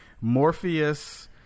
Morpheus